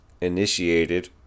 initiated